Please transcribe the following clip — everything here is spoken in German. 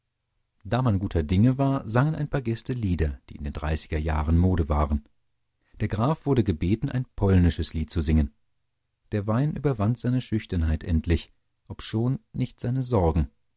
da man guter dinge war sangen ein paar gäste lieder die in den dreißiger jahren mode waren der graf wurde gebeten ein polnisches lied zu singen der wein überwand seine schüchternheit endlich obschon nicht seine sorgen